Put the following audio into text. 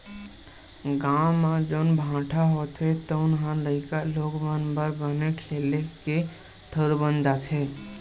गाँव म जउन भाठा होथे तउन ह लइका लोग मन बर बने खेले के ठउर बन जाथे